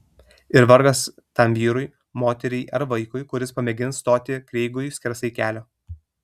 ir vargas tam vyrui moteriai ar vaikui kuris pamėgins stoti kreigui skersai kelio